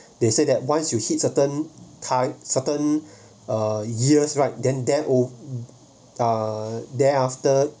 they said that once you hit certain type certain uh years right then then o~ uh then after